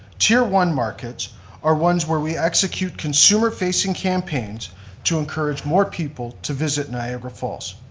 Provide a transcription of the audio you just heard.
tier one markets are ones where we execute consumer-facing campaigns to encourage more people to visit niagara falls.